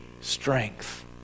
strength